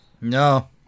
No